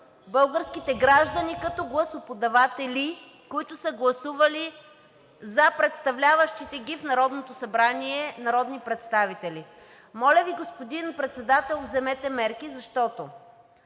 българските граждани като гласоподаватели, които са гласували за представляващите ги в Народното събрание народни представители. Моля Ви, господин Председател, вземете мерки, защото,